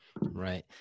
Right